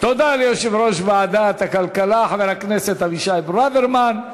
תודה ליושב-ראש ועדת הכלכלה חבר הכנסת אבישי ברוורמן.